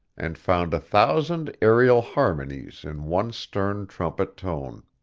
and found a thousand aerial harmonies in one stern trumpet tone.